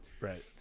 Right